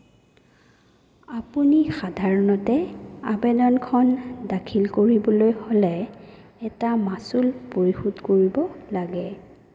আপুনি সাধাৰণতে আবেদনখন দাখিল কৰিবলৈ হ'লে এটা মাচুল পৰিশোধ কৰিব লাগে